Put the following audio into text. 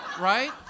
right